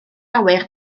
awyr